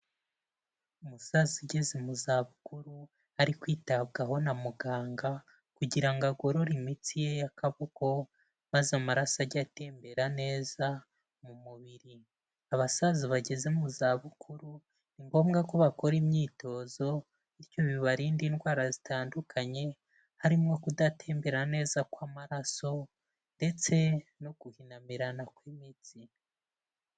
Umusaza ageze mu zabukuru ari kwitabwaho na muganga, kugira ngo agorore imitsi ye y'akaboko, maze amaraso ajye atembera neza mu mubiri. Abasaza bageze mu zabukuru ni ngombwa ko bakora imyitozo bityo bibarinda indwara zitandukanye, harimo kudatembera neza kw'amaraso ndetse no guhinamirana kw'imitsi.